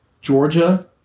Georgia